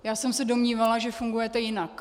Já jsem se domnívala, že fungujete jinak.